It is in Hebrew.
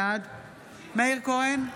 בעד מאיר כהן,